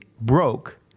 broke